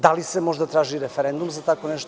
Da li se možda traži referendum za tako nešto?